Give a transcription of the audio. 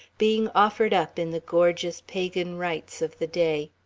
being offered up in the gorgeous pagan rites of the day.